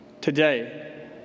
today